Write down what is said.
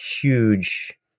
huge